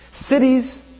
Cities